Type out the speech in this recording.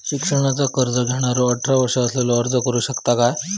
शिक्षणाचा कर्ज घेणारो अठरा वर्ष असलेलो अर्ज करू शकता काय?